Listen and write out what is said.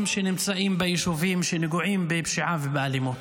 שנמצאים ביישובים שנגועים בפשיעה ובאלימות.